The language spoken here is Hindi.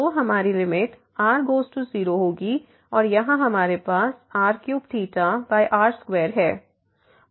तो हमारी लिमिट r→0 होगी और यहाँ हमारे पास r3 r2है